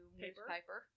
newspaper